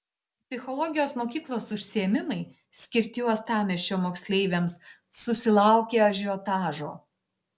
psichologijos mokyklos užsiėmimai skirti uostamiesčio moksleiviams susilaukė ažiotažo